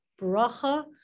bracha